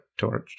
torched